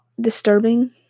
disturbing